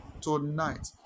tonight